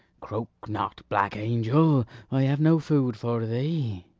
croak not, black angel i have no food for thee.